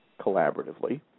collaboratively